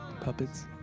Puppets